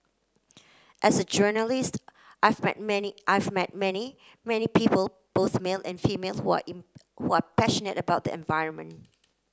as a journalist I've met many I've met many many people both male and females were were passionate about the environment